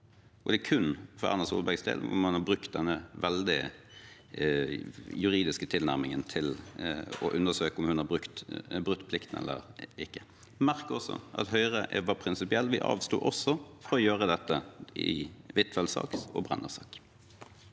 Det er kun for Erna Solbergs del man har brukt denne veldig juridiske tilnærmingen til å undersøke om hun har brutt plikten eller ikke. Merk også at vi i Høyre var prinsipielle – vi avsto fra å gjøre dette i Huitfeldts sak og i Brennas sak.